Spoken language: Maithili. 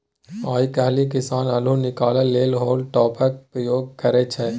आइ काल्हि किसान अल्लु निकालै लेल हॉल टॉपरक प्रयोग करय छै